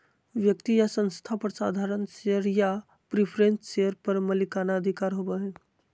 व्यक्ति या संस्था पर साधारण शेयर या प्रिफरेंस शेयर पर मालिकाना अधिकार होबो हइ